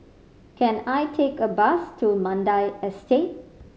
can I take a bus to Mandai Estate